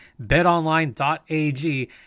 BetOnline.ag